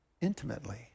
intimately